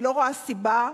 לא רואה סיבה,